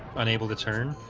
unable to turn